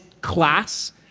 class